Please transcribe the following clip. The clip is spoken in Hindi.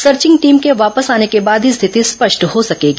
सर्चिंग टीम के वापस आने के बाद ही स्थिति स्पष्ट हो सकेगी